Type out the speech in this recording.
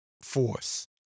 force